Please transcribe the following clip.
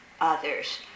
others